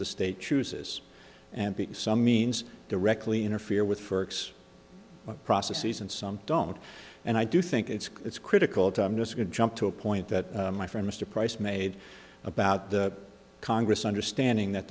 the state chooses and some means directly interfere with for x processes and some don't and i do think it's it's critical to i'm just going to jump to a point that my friend mr price made about the congress understanding that